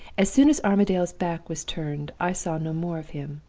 as soon as armadale's back was turned, i saw no more of him.